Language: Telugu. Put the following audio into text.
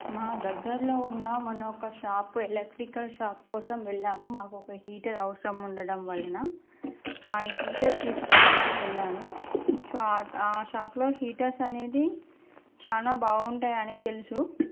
మా దగ్గర్లో ఉన్న మొన్న ఒక షాప్ ఎలక్ట్రికల్ షాప్ కోసం వెళ్ళాము మాకు ఒక హీటర్ అవసరం ఉండడం వలన ఆ హీటర్ తీసుకుందాము అని వెళ్ళాము సో ఆ షాప్లో హీటర్స్ అనేది చాలా బాగుంటాయి అని తెలుసు